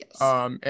Yes